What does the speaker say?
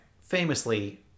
famously